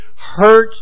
hurt